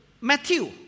Matthew